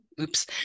oops